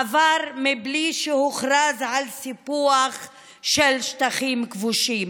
עבר בלי שהוכרז על סיפוח של שטחים כבושים,